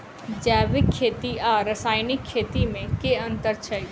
जैविक खेती आ रासायनिक खेती मे केँ अंतर छै?